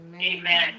amen